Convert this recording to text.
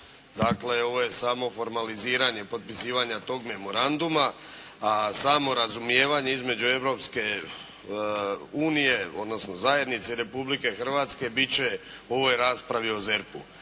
dakle ovo je samo formaliziranje potpisivanja tog memoranduma, a samo razumijevanje između Europske unije, odnosno zajednice Republike Hrvatske biti će u ovoj raspravi o ZERP-u.